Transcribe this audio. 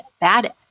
bad